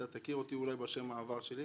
אתה תכיר אותי אולי בשם העבר שלי,